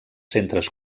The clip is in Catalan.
centres